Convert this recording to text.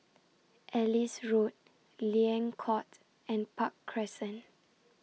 Ellis Road Liang Court and Park Crescent